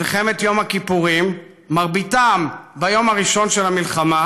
מלחמת יום הכיפורים, רובם ביום הראשון של המלחמה,